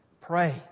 pray